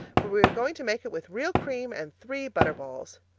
for we're going to make it with real cream and three butter balls.